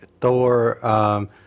Thor –